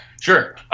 Sure